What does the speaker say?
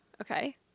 Okay